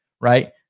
right